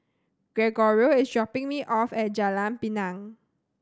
Gregorio is dropping me off at Jalan Pinang